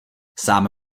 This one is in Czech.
sám